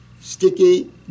sticky